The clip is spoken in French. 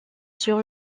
sur